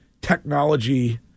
technology